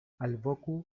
alvoku